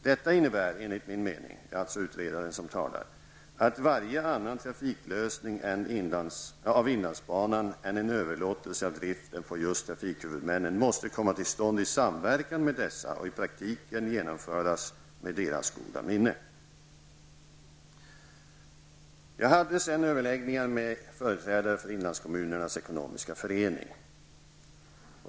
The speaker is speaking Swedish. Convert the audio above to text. Detta innebär, enligt min mening, att varje annan trafiklösning av IB än en överlåtelse av driften på just THM måste komma till stånd i samverkan med dessa och i praktiken genomförs med deras goda minne.'' Jag hade senare överläggning med företrädare för Inlandskommunerna Ekonomiska Förening.